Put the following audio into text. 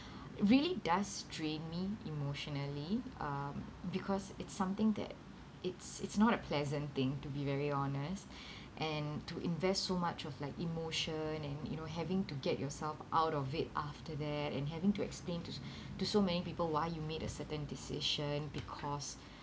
really does drain me emotionally um because it's something that it's it's not a pleasant thing to be very honest and to invest so much of like emotion and you know having to get yourself out of it after that and having to explain to to so many people why you made a certain decision because